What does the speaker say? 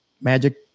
Magic